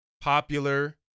popular